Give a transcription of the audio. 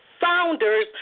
founders